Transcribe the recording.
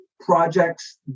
projects